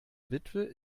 witwe